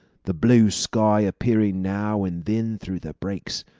the blue sky appearing now and then through the breaks.